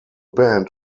band